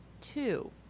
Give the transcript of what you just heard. Two